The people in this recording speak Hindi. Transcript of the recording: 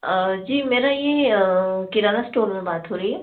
जी मेरा यह किराना स्टोर में बात हो रही है